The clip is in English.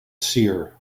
seer